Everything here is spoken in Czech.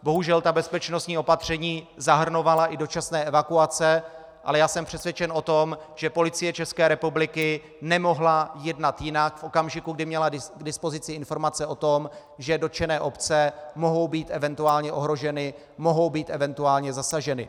Bohužel bezpečnostní opatření zahrnovala i dočasné evakuace, ale jsem přesvědčen o tom, že Policie ČR nemohla jednat jinak v okamžiku, kdy měla k dispozici informace o tom, že dotčené obce mohou být eventuálně ohroženy, mohou být eventuálně zasaženy.